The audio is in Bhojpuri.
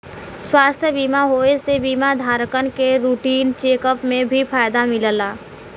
स्वास्थ्य बीमा होये से बीमा धारकन के रूटीन चेक अप में भी फायदा मिलला